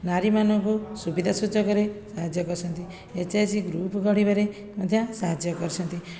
ନାରୀମାନଙ୍କୁ ସୁବିଧା ସୁଯୋଗରେ ସାହାଯ୍ୟ କରୁଛନ୍ତି ଏସଏଚଜି ଗ୍ରୁପ ଗଢ଼ିବାରେ ମଧ୍ୟ ସାହାଯ୍ୟ କରୁଛନ୍ତି